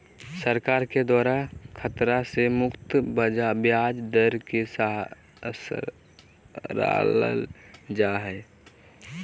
सरकार के द्वारा खतरा से मुक्त ब्याज दर के सराहल जा हइ